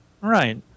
right